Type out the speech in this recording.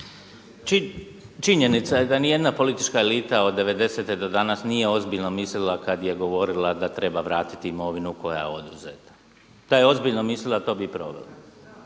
Činjenica je da ni jedna politička elita od '90.-te do danas nije ozbiljno mislila kada je govorila da treba vratiti imovinu koja je oduzeta. Da je ozbiljno mislila to bi i provela.